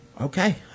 Okay